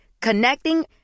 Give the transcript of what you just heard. Connecting